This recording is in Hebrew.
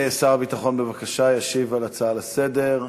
שר הביטחון, בבקשה, ישיב על ההצעות לסדר-היום.